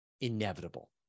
inevitable